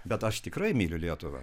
bet aš tikrai myliu lietuvą